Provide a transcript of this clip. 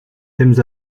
thèmes